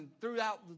throughout